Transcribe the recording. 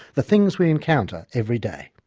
the things we encounter every day.